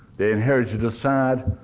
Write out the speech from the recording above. they inherited a sad,